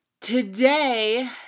Today